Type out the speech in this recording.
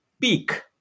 peak